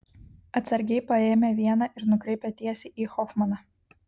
atsargiai paėmė vieną ir nukreipė tiesiai į hofmaną